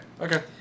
Okay